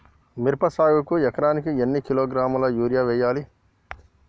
మిర్చి సాగుకు ఎకరానికి ఎన్ని కిలోగ్రాముల యూరియా వేయాలి?